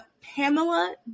pamela